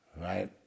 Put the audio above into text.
Right